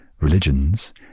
religions